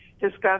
discuss